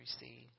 receive